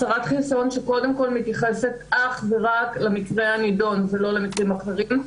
הסרת חיסיון שקודם כול מתייחסת אך ורק למקרה הנדון ולא למקרים אחרים.